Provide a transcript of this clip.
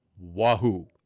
Wahoo